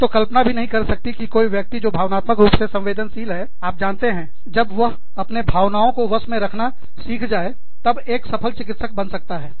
मैं तो कल्पना भी नहीं कर सकती कि कोई व्यक्ति जो भावनात्मक रूप से संवेदनशील है आप जानते हैं जब वह अपने भावनाओं को वश में रखना ना सीख जाए तब एक सफल चिकित्सक बन सकता है